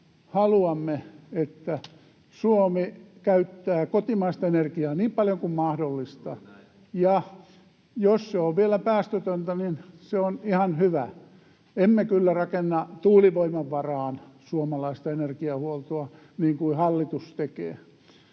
Haluamme, että Suomi käyttää kotimaista energiaa niin paljon kuin mahdollista, [Petri Huru: Juuri näin!] ja jos se on vielä päästötöntä, niin se on ihan hyvä. Emme kyllä rakenna tuulivoiman varaan suomalaista energiahuoltoa niin kuin hallitus tekee,